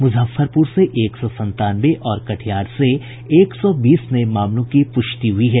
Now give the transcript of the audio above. मुजफ्फरपुर से एक सौ संतानवे और कटिहार से एक सौ बीस नये मामलों की पुष्टि हुई है